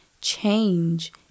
Change